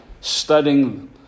studying